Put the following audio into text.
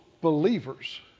believers